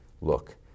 look